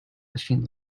machine